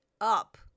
up